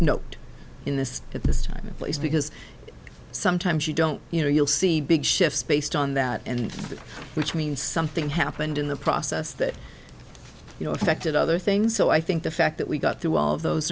note in this at this time place because sometimes you don't you know you'll see big shifts based on that and that which means something happened in the process that you know affected other things so i think the fact that we got through all of those